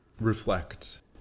Reflect